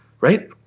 right